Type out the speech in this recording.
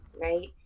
right